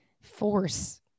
force